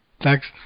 Thanks